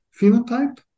phenotype